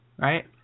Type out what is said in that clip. right